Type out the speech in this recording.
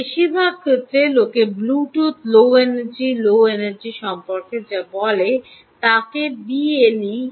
বেশিরভাগ ক্ষেত্রে লোকে ব্লুটুথ লো এনার্জি সম্পর্কে যা বলে তাকে বিএলই বলা হয়